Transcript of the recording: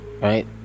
right